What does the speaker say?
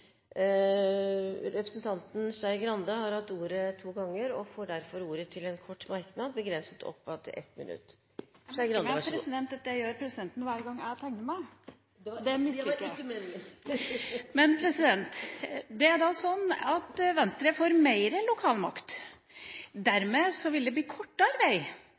Representanten Trine Skei Grande har hatt ordet to ganger og får ordet til en kort merknad, begrenset til 1 minutt. Presidenten tillater seg å minne om at det er 25 saker til på dagsordenen i dag. Jeg merker meg, president, at det gjør presidenten hver gang jeg tegner meg. Det var ikke meningen. Det er slik at Venstre